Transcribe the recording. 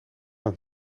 het